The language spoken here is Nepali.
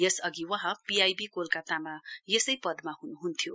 यसअघि वहाँ पीआईबी कोलकतामा यसै पदमा हनुहन्थ्यो